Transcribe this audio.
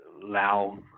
Lao